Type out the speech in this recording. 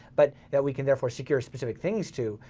but that we can therefore secure specific things to.